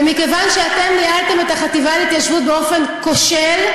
ומכיוון שאתם ניהלתם את החטיבה להתיישבות באופן כושל,